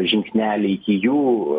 žingsnelį iki jų